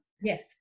yes